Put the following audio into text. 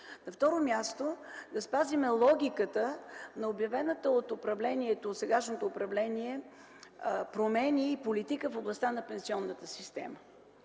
На второ място, да спазим логиката на обявените от сегашното управление промени и политика в областта на пенсионната система.